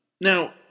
now